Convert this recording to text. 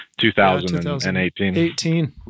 2018